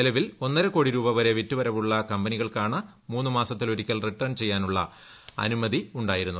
നിലവിൽ ഒന്നരകോടി രൂപ വരെ വിറ്റ് വരവ് ഉള്ള കമ്പനികൾക്കാണ് മൂന്നുമാസത്തിലൊരിക്കൽ റിട്ടേൺ ചെയ്യാനുള്ള അനുമതി ഉണ്ടായിരുന്നത്